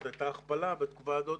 הייתה הכפלה בתקופה הזאת,